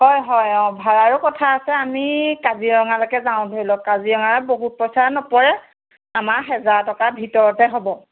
হয় হয় অ ভাড়াৰো কথা আছে আমি কাজিৰঙালৈকে যাওঁ ধৰি লওক কাজিৰঙাত বহুত পইচা নপৰে আমাৰ হেজাৰ টকাৰ ভিতৰতে হ'ব